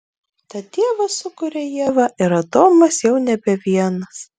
tad dievas sukuria ievą ir adomas jau nebe vienas